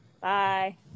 Bye